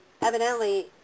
Evidently